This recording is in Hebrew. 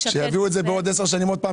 כשיביאו את זה בעוד עשר שנים עוד פעם